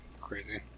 Crazy